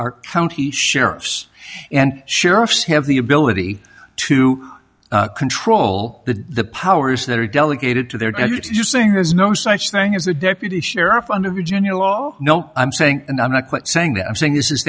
our county sheriffs and sheriffs have the ability to control the powers that are delegated to there are you saying there's no such thing as a deputy sheriff under virginia law no i'm saying and i'm not quite saying that i'm saying this is